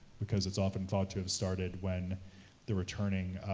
because it's often thought to have started when the returning,